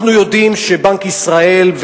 אנחנו יודעים שבנק ישראל,